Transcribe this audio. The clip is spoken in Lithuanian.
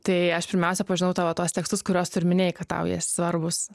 tai aš pirmiausia pažinau tavo tuos tekstus kuriuos minėjai kad tau jie svarbūs